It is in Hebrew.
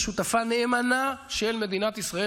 כשותפה נאמנה של מדינת ישראל,